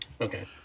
Okay